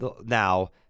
now